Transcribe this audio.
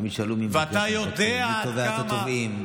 גם ישאלו מי, מי תובע את התובעים.